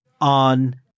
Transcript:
on